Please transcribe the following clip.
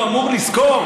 הוא אמור לזכור,